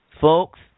folks